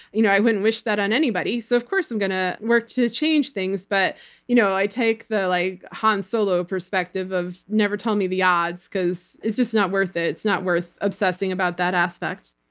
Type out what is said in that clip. you know i wouldn't wish that on anybody. so of course i'm going to work to change things. but you know i take the like han solo perspective of never tell me the odds, because it's just not worth it. it's not worth obsessing about that aspect.